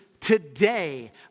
Today